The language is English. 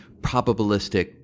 probabilistic